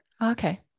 Okay